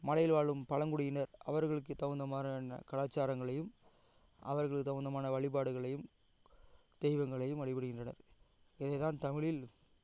மலையில் வாழும் பழங்குடியினர் அவர்களுக்கு தகுந்த மாரியான கலாச்சாரங்களையும் அவர்களுக்கு தகுந்தமான வழிபாடுகளையும் தெய்வங்களையும் வழிபடுகின்றனர் இதேதான் தமிழில்